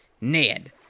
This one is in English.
Ned